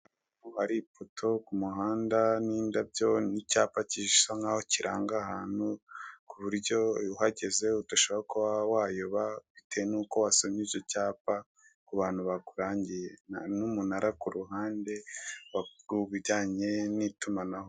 Ni ahantu hari ipoto ku muhanda n'indabyo, n'icyapa gisa naho kiranga ahantu, kububyo uhageze udashobora kuba watoba bitewe n'uko abantu ba kuragiye. Hari n'umunara kuruhande w'ibijyanye ni itumanaho.